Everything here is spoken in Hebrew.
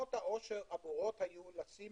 קרנות העושר היו אמורות לשים